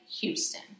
Houston